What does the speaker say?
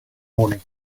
morning